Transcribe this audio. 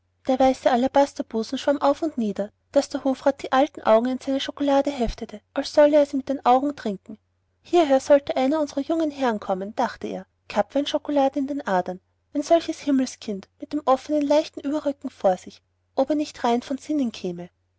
der weiße alabasterbusen schwamm auf und nieder daß der hofrat die alten augen in seine schokolade heftete als solle er sie mit den augen trinken hierher sollte einer unserer jungen herren kommen dachte er kapweinschokolade in den adern ein solches himmelskind mit dem offenen leichten überröckchen vor sich ob er nicht rein von sinnen käme